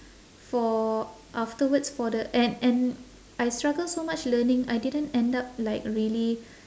for afterwards for the and and I struggle so much learning I didn't end up like really